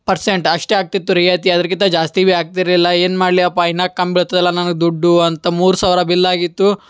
percent ಅಷ್ಟೇ ಆಗ್ತಿತ್ತು ರಿಯಾಯಿತಿ ಅದಕ್ಕಿಂತ ಜಾಸ್ತಿ ಭೀ ಆಗ್ತಿರಲಿಲ್ಲ ಏನು ಮಾಡಲಿಯಪ್ಪ ಇನ್ನೂ ಕಮ್ಮಿ ಬೀಳ್ತದಲ್ಲ ನನಗೆ ದುಡ್ಡು ಅಂತ ಮೂರು ಸಾವಿರ ಬಿಲ್ ಆಗಿತ್ತು